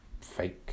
fake